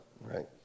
right